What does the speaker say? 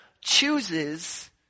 chooses